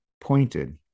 pointed